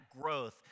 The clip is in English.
growth